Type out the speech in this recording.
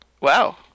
wow